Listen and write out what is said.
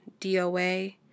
DOA